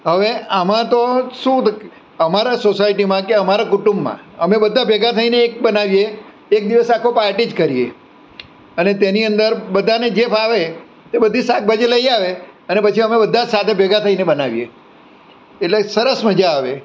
હવે આમાં તો શું કે અમારા સોસાયટીમાં કે અમારા કુટુંબમાં અમે બધા ભેગા થઈને એક બનાવીએ એક દિવસ આખો પાર્ટી જ કરીએ અને તેની અંદર બધાને જે ફાવે તે બધી શાકભાજી લઈ આવે અને પછી અમે બધા સાથે ભેગા થઈને બનાવીએ એટલે સરસ મજા આવે